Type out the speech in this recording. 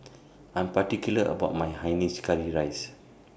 I'm particular about My Hainanese Curry Rice